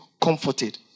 comforted